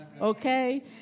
okay